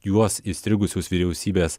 juos įstrigusius vyriausybės